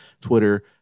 twitter